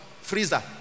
Freezer